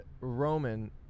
Roman